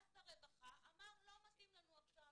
ואז בא הרווחה ואמר שלא מתאים לנו עכשיו,